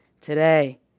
Today